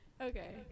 Okay